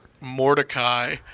Mordecai